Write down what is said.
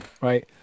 right